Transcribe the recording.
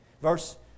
Verse